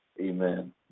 Amen